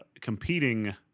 competing